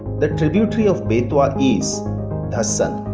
the tributary of betwa is dhassan.